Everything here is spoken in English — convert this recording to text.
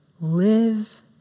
live